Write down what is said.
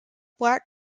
black